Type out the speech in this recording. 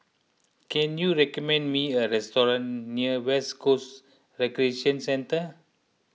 can you recommend me a restaurant near West Coast Recreation Centre